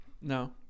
No